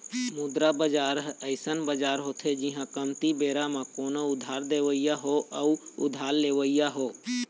मुद्रा बजार ह अइसन बजार होथे जिहाँ कमती बेरा बर कोनो उधार देवइया हो अउ उधार लेवइया हो